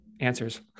answers